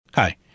Hi